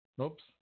Oops